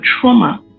trauma